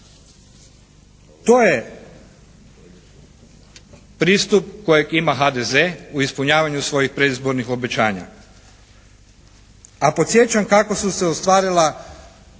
To je pristup kojeg ima HDZ u ispunjavanju svojih predizbornih obećanja. A podsjećam kako su se ostvarila